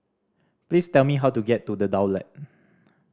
please tell me how to get to The Daulat